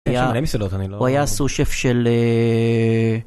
הרבה מסעדות אני לא. הוא היה סושף של...